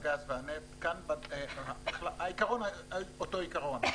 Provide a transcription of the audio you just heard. הגז והנפט -- -העיקרון הוא אותו עיקרון: